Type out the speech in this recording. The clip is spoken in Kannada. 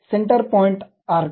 centre point arc